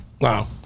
Wow